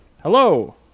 hello